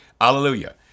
Hallelujah